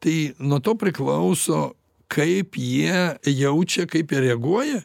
tai nuo to priklauso kaip jie jaučia kaip jie reaguoja